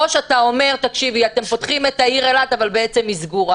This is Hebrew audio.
או שאתה אומר: אתם פותחים את העיר אילת אבל בעצם היא סגורה?